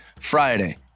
Friday